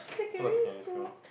how about secondary school